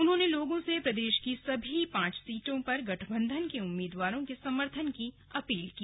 उन्होंने लोगों से प्रदेश की सभी पांचों सीटों पर गठबंधन के उम्मीदवारों के समर्थन की अपील की